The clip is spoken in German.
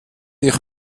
ich